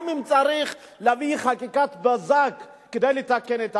גם אם צריך להביא חקיקת בזק כדי לתקן את העוול.